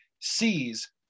sees